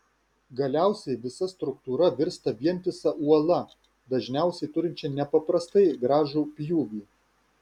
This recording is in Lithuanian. galiausiai visa struktūra virsta vientisa uola dažniausiai turinčia nepaprastai gražų pjūvį